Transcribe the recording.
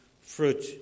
fruit